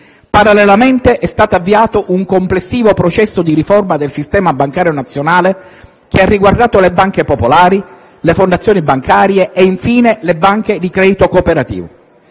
Parallelamente, è stato avviato un complessivo processo di riforma del sistema bancario nazionale, che ha riguardato le banche popolari, le fondazioni bancarie e infine le banche di credito cooperativo.